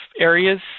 areas